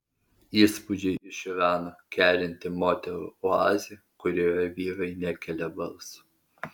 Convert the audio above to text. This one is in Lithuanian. įspūdžiai iš irano kerinti moterų oazė kurioje vyrai nekelia balso